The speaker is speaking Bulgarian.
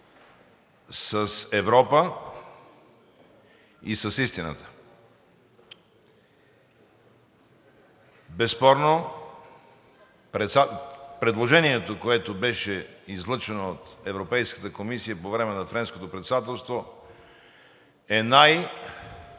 с Европа и с истината. Безспорно предложението, което беше излъчено от Европейската комисия по време на Френското председателство, е